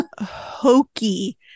hokey